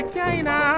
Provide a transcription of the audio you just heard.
China